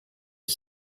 ich